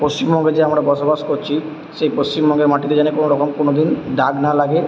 পশ্চিমবঙ্গে যে আমরা বসবাস করছি সেই পশ্চিমবঙ্গের মাটিতে যেন কোনো রকম কোনো দিন দাগ না লাগে